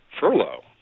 furlough